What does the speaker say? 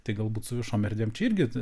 tai galbūt su viešom erdvėm čia irgi